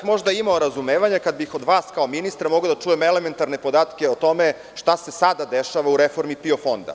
Možda bih imao razumevanja kada bih od vas, kao ministra, mogao da čujem elementarne podatke o tome šta se sada dešava u reformi PIO fonda.